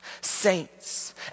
saints